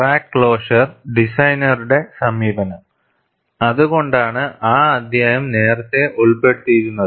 crack closure ഡിസൈനറുടെ സമീപനം അതുകൊണ്ടാണ് ആ അധ്യായം നേരത്തെ ഉൾപ്പെടുത്തിയിരുന്നത്